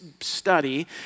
study